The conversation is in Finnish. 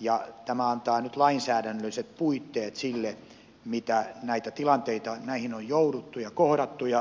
ja tämä antaa nyt lainsäädännölliset puitteet sille kun näihin tilanteisiin on jouduttu ja niitä on kohdattu